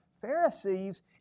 Pharisees